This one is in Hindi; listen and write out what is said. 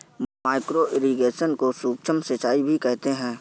माइक्रो इरिगेशन को सूक्ष्म सिंचाई भी कहते हैं